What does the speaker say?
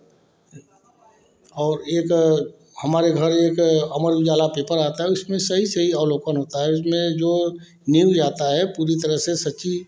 और एक हमारे घर एक अमर उजाला पेपर आता है उसमें सही सही अवलोकन होता है उसमें जो न्यूज़ आता है पूरी तरह से सच्ची